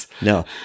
no